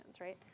right